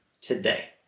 today